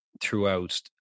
Throughout